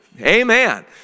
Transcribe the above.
Amen